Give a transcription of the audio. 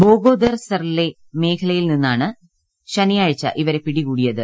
ബോഗോദർ സറിലെ മേഖലയിൽ നിന്നാണ് ശനിയാഴ്ച ഇവരെ പിടി കൂടിയത്